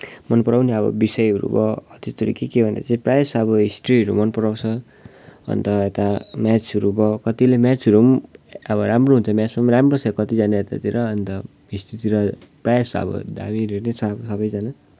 मन पराउने अब बिषयहरू भयो त्यस्तोहरू के के भन्दा चाहिँ प्रायः जस्तो अब हिस्ट्रीहरू मन पराउँछ अन्त यता म्याथ्सहरू भयो कतिले म्याथ्सहरू अब राम्रो हुन्छ म्याथ्स पनि राम्रो छ कतिजना यतातिर अन्त हिस्ट्रीतिर प्राय जस्तो अब दामीहरू नै छ अब सबैजना